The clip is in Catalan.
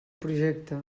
projecte